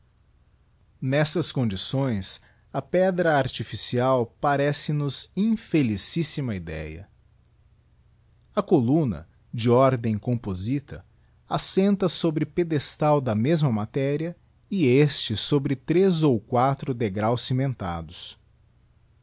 nestas condições a pedra artificial parece nos infelicíssima idéa a columna de ordem compósita assenta sobre pedestal da mesma matéria e este sobre três ou quatro degraus cimentados